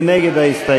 מי נגד ההסתייגות?